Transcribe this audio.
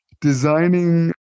designing